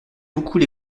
beaucoup